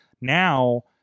Now